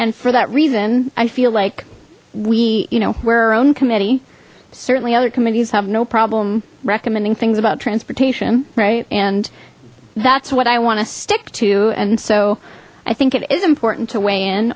and for that reason i feel like we you know we're our own committee certainly other committees have no problem recommending things about transportation right and that's what i want to stick to and so i think it is important to weigh in